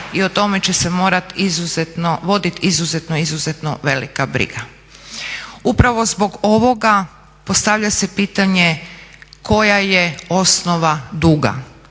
i o tome će se morat vodit izuzetno, izuzetno velika briga. Upravo zbog ovoga postavlja se pitanje koje je osnova duga.